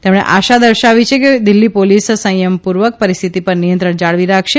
તેમણે આશા દર્શાવી કે દિલ્ફી પોલીસ સંયમપૂર્વક પરિસ્થિતિ પર નિયંત્રણ જાળવી રાખશે